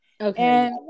Okay